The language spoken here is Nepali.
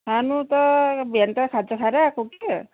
खानु त बिहान त खाजा खाएरै आएको कि